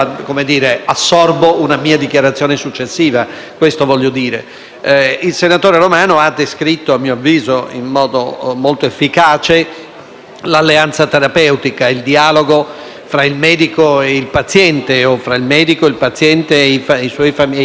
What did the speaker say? Il senatore Romano ha descritto - a mio avviso - in modo molto efficace, l'alleanza terapeutica, il dialogo tra il medico e il paziente, o tra il medico, il paziente e i familiari del paziente stesso.